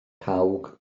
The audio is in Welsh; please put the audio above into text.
cawg